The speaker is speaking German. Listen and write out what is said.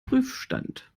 prüfstand